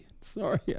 Sorry